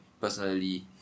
personally